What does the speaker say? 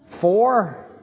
Four